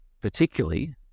Particularly